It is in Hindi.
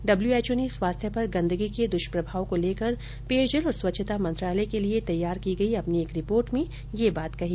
डब्ल्यूएचओ ने स्वास्थ्य पर गंदगी के दृष्प्रभाव को लेकर पेयजल तथा स्वच्छता मंत्रालय के लिए तैयार की गयी अपनी एक रिपोर्ट में ये बात कही